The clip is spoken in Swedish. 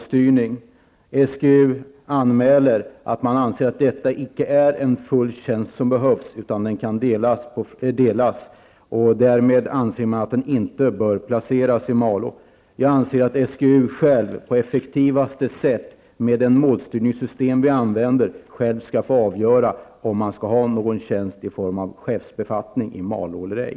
SGU anmäler att man inte anser att man behöver en full tjänst utan att den kan delas. Därmed anser man att den inte bör placeras i Malå. Jag anser att SGU självt på effektivaste sätt med det målstyrningssystem vi använder skall få avgöra om det skall finnas någon tjänst i form av chefsbefattning i Malå eller ej.